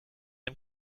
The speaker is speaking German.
dem